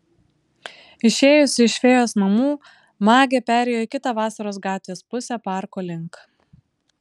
išėjusi iš fėjos namų magė perėjo į kitą vasaros gatvės pusę parko link